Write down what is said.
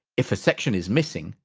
if a section is missing,